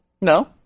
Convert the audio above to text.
No